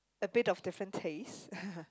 a bit of different taste